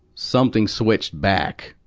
something switched back.